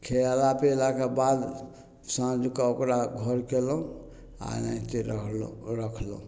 खिएला पिएलाके बाद साँझके ओकरा घर कएलहुँ आओर एनाहिते रहलहुँ राखलहुँ